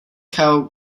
how